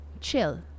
chill